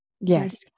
Yes